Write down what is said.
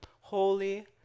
Holy